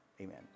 Amen